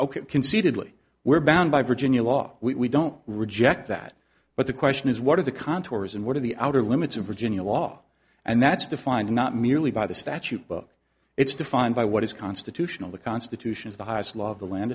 ok concededly we're bound by virginia law we don't reject that but the question is what are the contours and what are the outer limits of virginia law and that's defined not merely by the statute book it's defined by what is constitutional the constitution is the highest law of the land